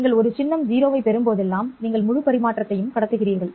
நீங்கள் ஒரு சின்னம் 0 ஐப் பெறும்போதெல்லாம் நீங்கள் முழு பரிமாற்றத்தையும் கடத்துகிறீர்கள்